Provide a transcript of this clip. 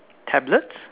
tablets